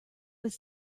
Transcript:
was